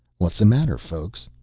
what's the matter, folks?